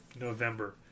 November